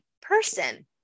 person